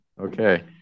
Okay